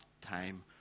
time